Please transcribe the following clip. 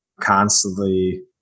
constantly